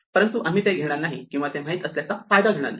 परंतु आम्ही ते घेणार नाही किंवा ते माहित असल्याचा फायदा घेणार नाही